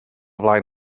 flaen